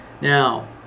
Now